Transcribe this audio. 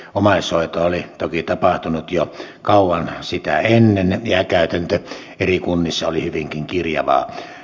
omaishoitoa oli toki tapahtunut jo kauan sitä ennen ja käytäntö eri kunnissa oli hyvinkin kirjavaa